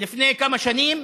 לפני כמה שנים.